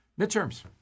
Midterms